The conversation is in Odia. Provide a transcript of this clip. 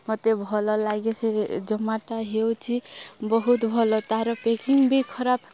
ମୋତେ ଭଲ ଲାଗେ ସେ ଜୋମାଟୋ ହେଉଛି ବହୁତ ଭଲ ତା'ର ପେକିଂ ବି ଖରାପ